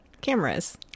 cameras